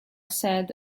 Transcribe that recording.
said